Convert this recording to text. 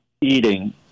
eating